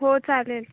हो चालेल